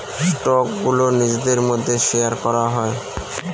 স্টকগুলো নিজেদের মধ্যে শেয়ার করা হয়